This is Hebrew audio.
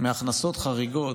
מהכנסות חריגות,